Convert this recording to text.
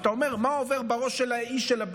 עכשיו, אתה אומר: מה עובר בראש של האיש?